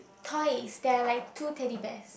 toys there are like two Teddy Bears